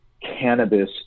cannabis